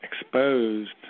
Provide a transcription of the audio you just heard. exposed